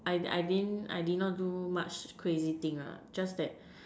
I I didn't I did not do much crazy thing ah just that